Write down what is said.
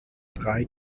drei